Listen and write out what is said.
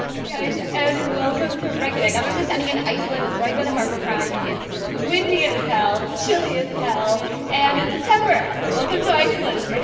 guys and welcome to reykjavik, i'm actually standing in iceland right by the harborfront it's windy as hell, chilly as hell and it's september. welcome to iceland